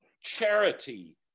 charity